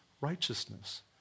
righteousness